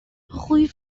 rue